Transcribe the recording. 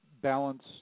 balance